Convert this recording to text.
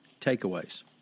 takeaways